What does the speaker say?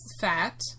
fat